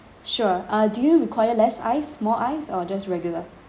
sure uh do you require less ice more ice or just regular